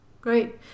Great